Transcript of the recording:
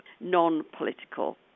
non-political